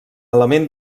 element